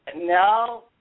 No